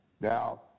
Now